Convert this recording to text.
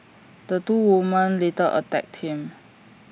the two women later attacked him